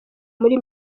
muri